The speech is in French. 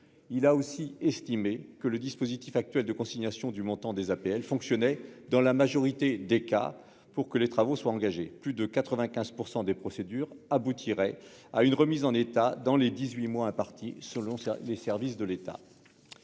également estimé que le dispositif actuel de consignation du montant des APL fonctionnait dans la majorité des cas pour que les travaux soient engagés. Plus de 95 % des procédures aboutiraient à une remise en état dans les dix-huit mois impartis, selon les services de l'État.